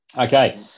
Okay